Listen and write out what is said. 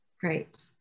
Great